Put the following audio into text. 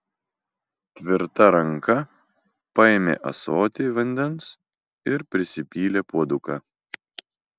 tvirta ranka paėmė ąsotį vandens ir prisipylė puoduką